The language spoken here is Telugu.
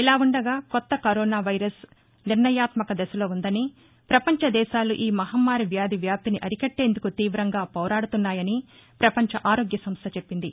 ఇలావుండగాకొత్త కరోనా వైరస్ నిర్ణయాత్యక దశలో ఉందని ప్రపంచ దేశాలు ఈ మహమ్నారి వ్యాధి వ్యాప్తిని అరికట్టేందుకు తీవంగా పోరాడుతున్నాయని ప్రపంచ ఆరోగ్య సంస్ల చెప్పింది